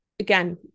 Again